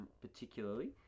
particularly